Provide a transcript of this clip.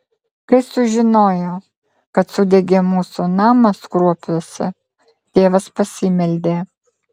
kai sužinojo kad sudegė mūsų namas kruopiuose tėvas pasimeldė